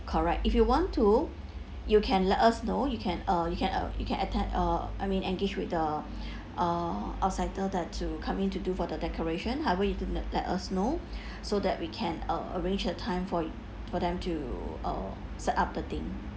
correct if you want to you can let us know you can uh you can uh you can attend uh I mean engage with the uh outsider that to coming to do for the decoration however you to let let us know so that we can uh arrange a time for y~ for them to uh set up the thing